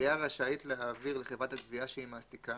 העירייה רשאית להעביר לחברת הגבייה שהיא מעסיקה